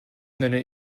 nenne